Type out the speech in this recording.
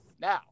Now